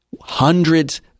hundreds